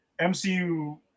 MCU